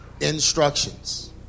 instructions